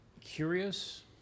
curious